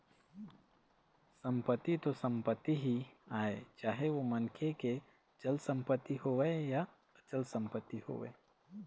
संपत्ति तो संपत्ति ही आय चाहे ओ मनखे के चल संपत्ति होवय या अचल संपत्ति होवय